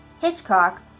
Hitchcock